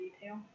detail